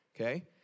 Okay